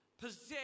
possess